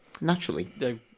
naturally